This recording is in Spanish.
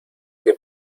que